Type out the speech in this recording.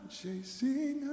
chasing